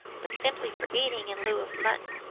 but simply for eating in lieu of mutton.